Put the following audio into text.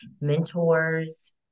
mentors